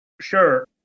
Sure